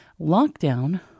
Lockdown